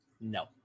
no